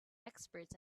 experts